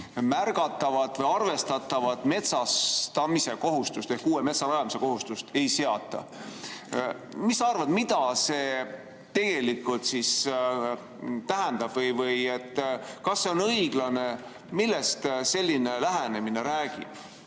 märgatavat või arvestatavat metsastamise kohustust ehk uue metsa rajamise kohustust ei seata. Mis sa arvad, mida see tegelikult tähendab? Või kas see on õiglane? Millest selline lähenemine räägib?